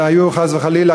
והיו חס וחלילה,